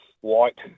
White